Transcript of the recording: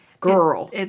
Girl